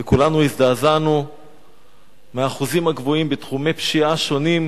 וכולנו הזדעזענו מהאחוזים הגבוהים בתחומי פשיעה שונים,